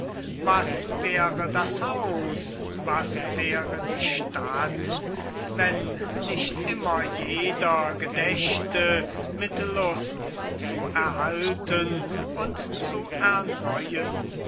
was wäre das haus was wäre die stadt wenn nicht immer jeder gedächte mit lust zu erhalten und zu erneuen